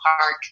park